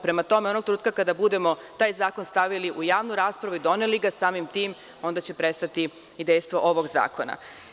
Prema tome, onog trenutka kada budemo taj zakon stavili u javnu raspravu i doneli ga samim tim onda će prestati i dejstvo ovog zakona.